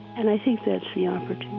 and i think that's the opportunity